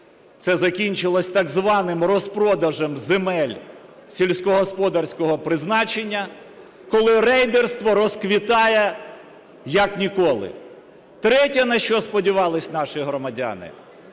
Це закінчилося так званим розпродажем земель сільськогосподарського призначення, коли рейдерство розквітає як ніколи. Третє, на що сподівалися наші громадяни,